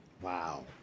Wow